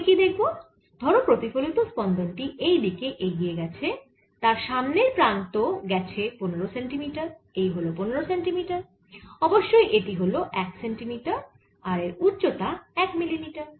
আমি কি দেখব ধরো প্রতিফলিত স্পন্দন টি এইদিকে এগিয়ে গেছে তার সামনের প্রান্ত গেছে 15 সেন্টিমিটার এই হল 15 সেন্টিমিটার অবশ্যই এটি হল 1 সেন্টিমিটার এর উচ্চতা 1 মিলিমিটার